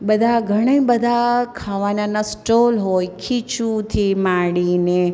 બધા ઘણે બધા ખાવાનાના સ્ટોલ હોય ખીચુથી માંડીને